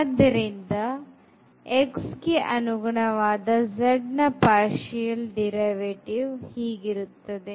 ಆದ್ದರಿಂದ x ಗೆ ಅನುಗುಣವಾದ z ನ partial derivative ಹೀಗಿರುತ್ತದೆ